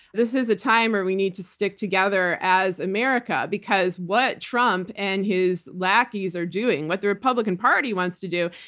this is a time where we need to stick together as america, because what trump and his lackeys are doing, what the republican party wants to do,